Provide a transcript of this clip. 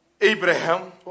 Abraham